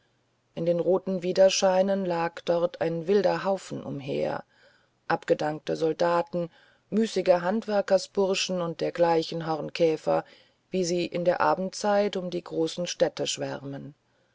in den roten widerscheinen lag dort ein wilder haufe umher abgedankte soldaten müßige handwerksburschen und dergleichen hornkäfer wie sie in der abendzeit um die großen städte schwärmen